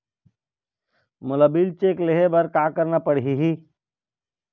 मोला bill check ले हे बर का करना पड़ही ही?